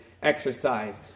Exercise